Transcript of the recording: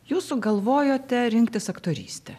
jūs sugalvojote rinktis aktorystę